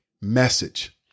message